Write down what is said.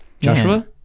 Joshua